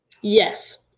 Yes